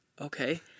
okay